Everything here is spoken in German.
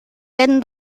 werden